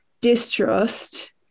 distrust